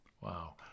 Wow